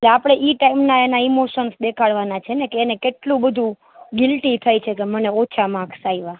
એટલે આપણે એ ટાઇમના એનાં ઇમોસોન્સ દેખાડવાના છે કે એને કેટલું બધું ગિલ્ટી થાય છે કે મને ઓછા માર્કસ આવ્યા